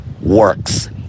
works